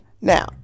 Now